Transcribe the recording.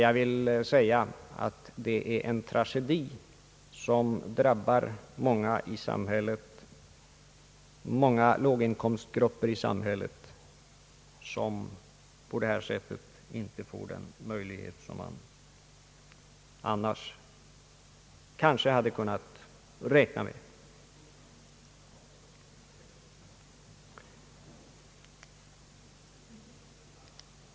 Jag vill säga att detta är en tragedi som drabbar många låginkomstgrupper i samhället, vilka på det här sättet inte får den möjlighet som de annars kanske hade kunnat räkna med.